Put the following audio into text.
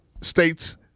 states